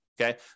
Okay